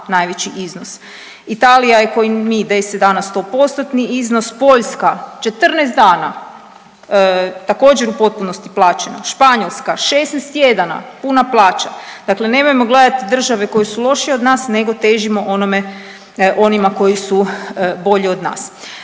najveći iznos, Italija je ko i mi 10 dana 100%-tni iznos, Poljska 14 dana također u potpunosti plaćeno, Španjolska 16 tjedana puna plaća, dakle nemojmo gledati države koje su lošije od nas nego težimo onome, onima koji su bolji od nas.